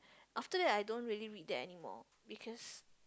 after that I don't really read that anymore because